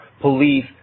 police